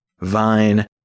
Vine